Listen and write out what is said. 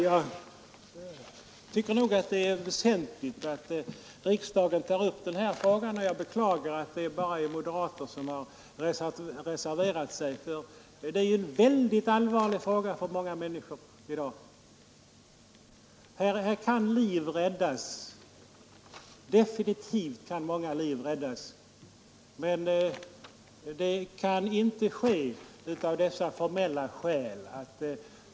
Jag tycker det är väsentligt att riksdagen tar upp denna fråga. Jag beklagar att det bara är moderater som har reserverat sig, eftersom det är en synnerligen allvarlig fråga för så många människor i dag. Här skulle liv kunna räddas — definitivt kunde många liv räddas — men det kan inte ske av dessa formella skäl.